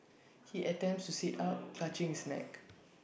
he attempts to sit up clutching his neck